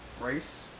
race